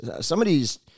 somebody's